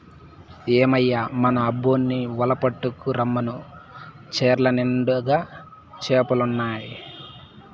ఏమయ్యో మన అబ్బోన్ని వల పట్టుకు రమ్మను చెర్ల నిండుగా చేపలుండాయి